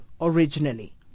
originally